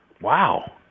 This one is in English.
Wow